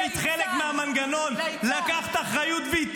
ליצן, ליצן.